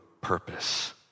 purpose